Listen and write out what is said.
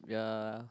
ya